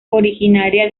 originaria